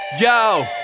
yo